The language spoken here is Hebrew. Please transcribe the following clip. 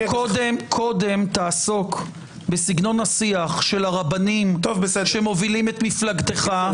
קודם תעסוק בסגנון השיח של הרבנים שמובילים את מפלגתך.